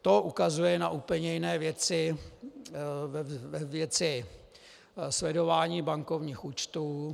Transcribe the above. To ukazuje na úplně jiné věci sledování bankovních účtů.